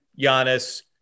Giannis